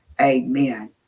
amen